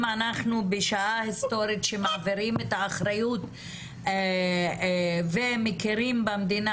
אם אנחנו בשעה היסטורית שמעבירים את האחריות ומכירים במדינה